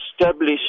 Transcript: establish